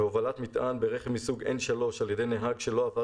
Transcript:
הובלת מטען ברכב מסוג 3N על ידי נהג שלא עבר